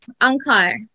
Ankar